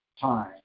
time